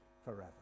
forever